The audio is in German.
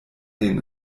den